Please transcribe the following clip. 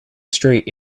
street